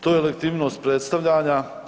To je legitimnost predstavljanja.